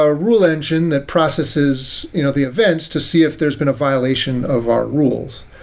ah rule engine that processes you know the events to see if there's been a violation of our rules.